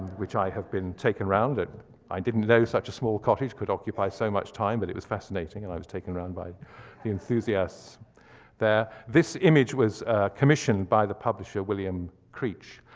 which i have been taken round. i didn't know such a small cottage could occupy so much time, but it was fascinating and i was taken round by the enthusiasts there. this image was commissioned by the publisher, william creech.